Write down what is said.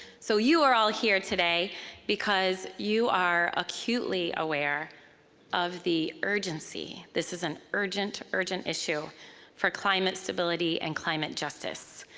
so you are all here today because you are acutely aware of the urgency. this is an urgent, urgent issue for climate stability and climate justice,